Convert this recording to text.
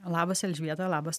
labas elžbieta labas